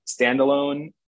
standalone